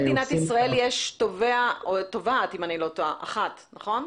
בכל מדינת ישראל יש תובע או תובעת אחת, נכון?